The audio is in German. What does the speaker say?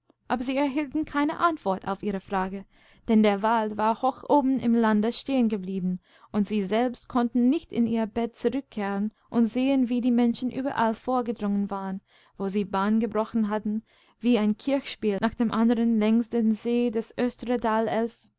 aber sie erhielten keine antwort auf ihre frage denn der wald war hoch oben im landestehengeblieben undsieselbstkonntennichtinihrbettzurückkehren und sehen wie die menschen überall vorgedrungen waren wo sie bahn gebrochen hatten wie ein kirchspiel nach dem anderen längs den seen des